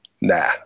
nah